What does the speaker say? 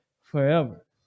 forever